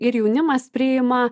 ir jaunimas priima